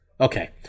Okay